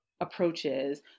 approaches